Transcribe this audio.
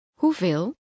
Hoeveel